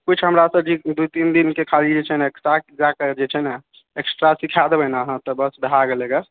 कुछ हमरासँ जे दू तीन दिनके खाली जे छै ने क्लास लए के जे छै ने एक्स्ट्रा सीखा देबै ने अहाँ तऽ बस भए गेलै गऽ